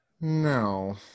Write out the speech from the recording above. no